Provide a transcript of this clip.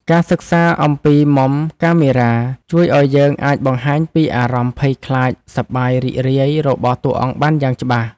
ការសិក្សាអំពីមុំកាមេរ៉ាជួយឱ្យយើងអាចបង្ហាញពីអារម្មណ៍ភ័យខ្លាចឬសប្បាយរីករាយរបស់តួអង្គបានយ៉ាងច្បាស់។